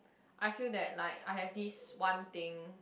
I feel that like I have this one thing